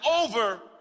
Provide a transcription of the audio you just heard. over